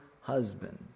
husband